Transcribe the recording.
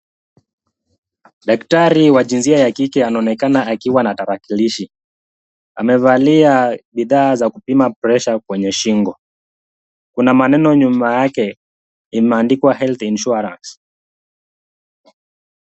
Daktari wa jinsia ya kike anaonekana akiwa na tarakilishi. Amevalia bidhaa za kupima pressure kwenye shingo. Kuna meneno nyuma yake imeandikwa Health Insurance .